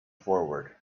forward